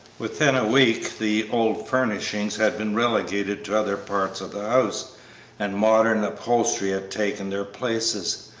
within a week the old furnishings had been relegated to other parts of the house and modern upholstery had taken their places,